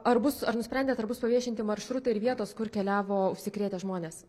ar bus ar nusprendėt ar bus paviešinti maršrutai ir vietos kur keliavo užsikrėtę žmonės